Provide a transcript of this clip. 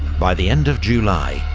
by the end of july,